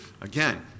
Again